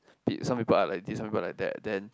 bit some people are like this some people like that then